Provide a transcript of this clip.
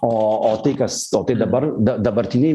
o o tai kas o tai dabar da dabartiniai